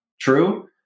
true